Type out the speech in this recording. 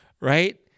right